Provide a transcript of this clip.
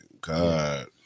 God